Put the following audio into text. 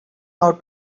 how